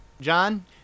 John